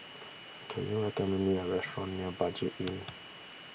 can you recommend me a restaurant near Budget Inn